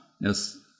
Yes